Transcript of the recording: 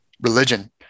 religion